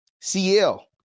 cl